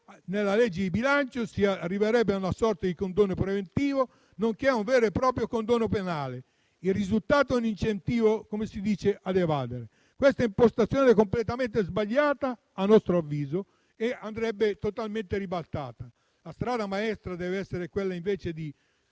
nella legge di bilancio e si arriverebbe così a una sorta di condono preventivo, nonché ad un vero e proprio condono penale. Il risultato è un incentivo ad evadere. Questa impostazione è completamente sbagliata, a nostro avviso, e andrebbe totalmente ribaltata. La strada maestra deve essere quella di